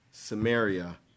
Samaria